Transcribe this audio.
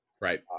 Right